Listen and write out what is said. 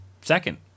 second